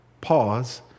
pause